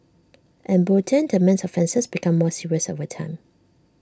emboldened the man's offences became more serious over time